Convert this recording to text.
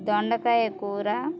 దొండకాయ కూర